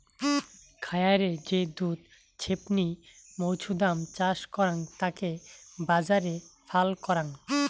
খায়ারে যে দুধ ছেপনি মৌছুদাম চাষ করাং তাকে বাজারে ফাল করাং